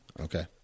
Okay